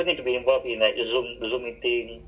!huh! they going to open H_Q here ah